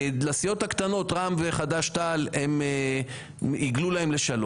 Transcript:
לסיעות הקטנה רע"מ וחד"ש-תע"ל, הם עיגלו להם ל-3.